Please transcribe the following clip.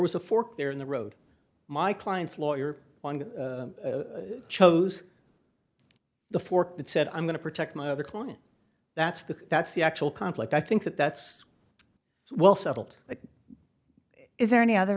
was a fork there in the road my client's lawyer chose the fork that said i'm going to protect my other client that's the that's the actual conflict i think that that's well settled is there any other